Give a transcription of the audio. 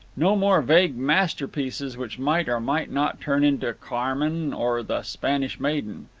no more vague masterpieces which might or might not turn into carmen or the spanish maiden.